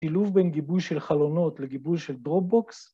‫שילוב בין גיבוי של חלונות ‫לגיבוי של דרופבוקס?